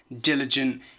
diligent